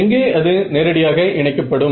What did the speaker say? எங்கே அது நேரடியாக இணைக்க படும்